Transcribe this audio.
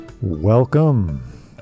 Welcome